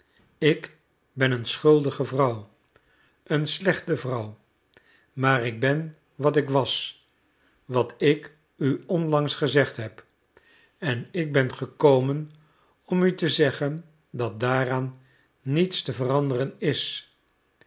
ik ben een schuldige vrouw een slechte vrouw maar ik ben wat ik was wat ik u onlangs gezegd heb en ik ben gekomen om u te zeggen dat daaraan niets te veranderen is